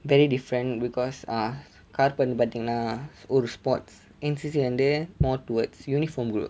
very different because err காற்பந்து பாத்தீங்கன்னா ஒரு:karpanthu patheenganna oru sports N_C_C வந்து:vanthu more towards uniform group